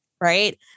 right